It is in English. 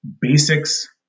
Basics